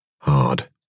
Hard